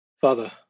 Father